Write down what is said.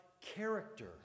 character